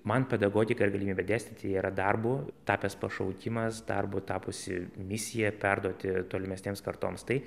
man pedagogika ir galimybė dėstyti yra darbu tapęs pašaukimas darbu tapusi misija perduoti tolimesnėms kartoms tai